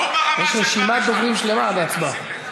יש רשימת דוברים שלמה עד ההצבעה.